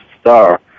star